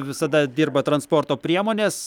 visada dirba transporto priemonės